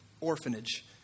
orphanage